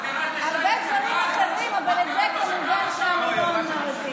הרבה דברים אחרים, אבל את זה כמובן שאני לא אמרתי.